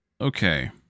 Okay